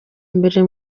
mbere